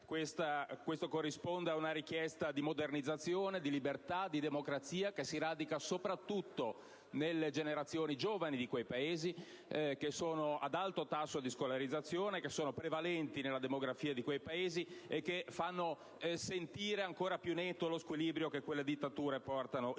Questo corrisponde ad una richiesta di modernizzazione, di libertà, di democrazia che si radica soprattutto nelle generazioni giovani di quei Paesi, ad alto tasso di scolarizzazione, prevalenti nella demografia di quei Paesi e che fanno sentire ancora più netto lo squilibrio che quelle dittature portano in quelle